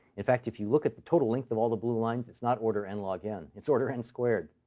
in fact, if you look at the total length of all the blue lines, it's not order and nlogn. it's order n squared.